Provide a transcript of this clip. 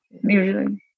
Usually